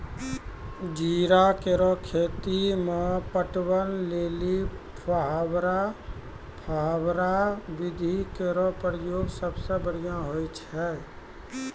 जीरा केरो खेती म पटवन लेलि फव्वारा विधि केरो प्रयोग सबसें बढ़ियां होय छै